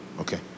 Okay